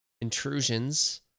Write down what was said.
Intrusions